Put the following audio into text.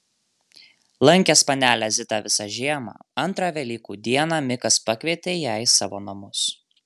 lankęs panelę zitą visą žiemą antrą velykų dieną mikas pakvietė ją į savo namus